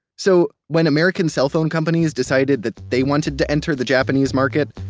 so when american cell phone companies decided that they wanted to enter the japanese market,